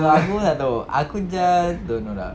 aku pun tak tahu aku just don't know lah